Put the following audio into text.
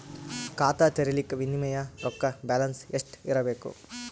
ಖಾತಾ ತೇರಿಲಿಕ ಮಿನಿಮಮ ರೊಕ್ಕ ಬ್ಯಾಲೆನ್ಸ್ ಎಷ್ಟ ಇರಬೇಕು?